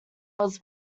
was